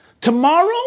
Tomorrow